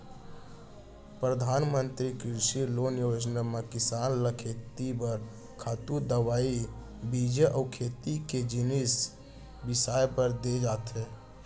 परधानमंतरी कृषि लोन योजना म किसान ल खेती बर खातू, दवई, बीजा अउ खेती के जिनिस बिसाए बर दे जाथे